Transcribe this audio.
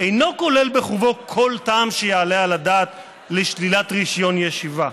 אינו כולל בחובו כל טעם שיעלה על הדעת לשלילת רישיון ישיבה.